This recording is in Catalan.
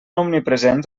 omnipresents